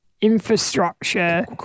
infrastructure